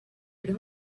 had